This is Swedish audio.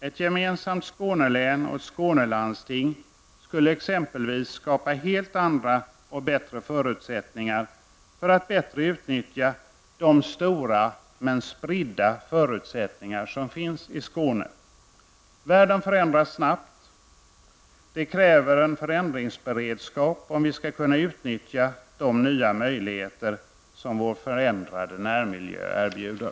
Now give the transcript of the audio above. Ett gemensamt Skånelän och Skånelandsting skulle exempelvis skapa helt andra förutsättningar att bättre utnyttja de stora men spridda möjligheter som finns i Skåne. Världen förändras snabbt. Det kräver en förändringsberedskap om vi skall kunna utnyttja de nya möjligheter som vår förändrade närmiljö erbjuder.